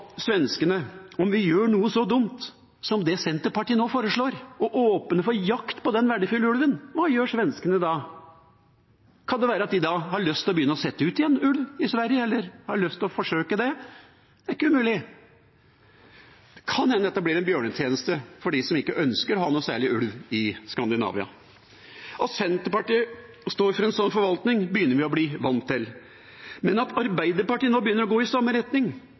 foreslår, og åpner for jakt på den verdifulle ulven? Hva gjør svenskene da? Kan det da være at de igjen får lyst til å forsøke å sette ut ulv i Sverige? Det er ikke umulig. Det kan hende at det blir en bjørnetjeneste for dem som ikke ønsker å ha noe særlig ulv i Skandinavia. At Senterpartiet står for en sånn forvaltning, begynner vi å bli vant til. Men at Arbeiderpartiet nå begynner å gå i samme retning